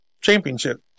championship